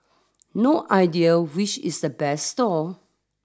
no idea which is the best stall